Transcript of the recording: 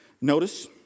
notice